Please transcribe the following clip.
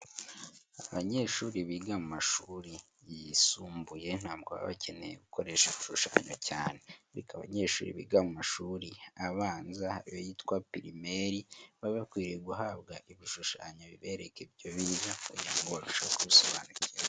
Abanyeshuri biga mu mashuri yisumbuye ntabwo baba bakeneye gukoresha ibishushanyo cyane. Ariko abanyeshuri biga mu mashuri abanza ayitwa Primaire, baba bakwiriye guhabwa ibishushanyo bibereka ibyo bintu kugira ngo barusheho kubisobanukirwa.